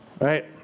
Right